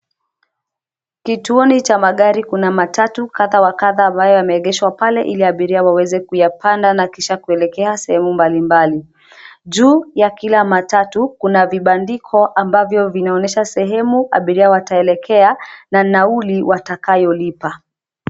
Kituo ni cha magari kuna matatu kadha wa kadha ambayo yameegeshwa pale ili abiria waweze kuyapanda na kisha kuelekea sehemu mbali mbali. Juu ya kila matatu kuna vibandiko ambavyo vinaonyesha sehemu abiria wataelekea na nauli watakayo lipa.